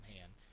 hand